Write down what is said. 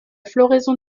floraison